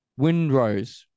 Windrose